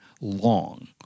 long